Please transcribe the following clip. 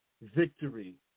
victory